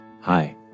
Hi